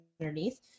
underneath